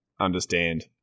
understand